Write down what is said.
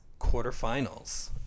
quarterfinals